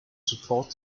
support